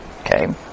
okay